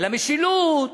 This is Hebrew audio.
על המשילות,